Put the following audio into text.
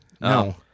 No